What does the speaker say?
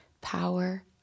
power